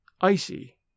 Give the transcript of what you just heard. icy